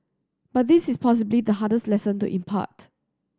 but this is possibly the hardest lesson to impart